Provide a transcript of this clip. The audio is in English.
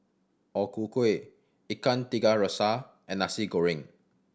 O Ku Kueh Ikan Tiga Rasa and Nasi Goreng